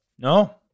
No